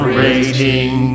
rating